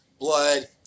Blood